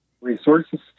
resources